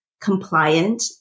compliant